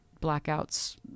blackouts